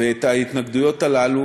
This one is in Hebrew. ואת ההתנגדויות הללו,